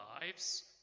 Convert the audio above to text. lives